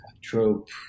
trope